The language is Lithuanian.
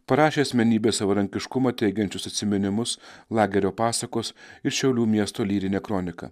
parašė asmenybės savarankiškumą teigiančius atsiminimus lagerio pasakos ir šiaulių miesto lyrinė kronika